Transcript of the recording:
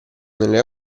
nelle